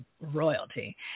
royalty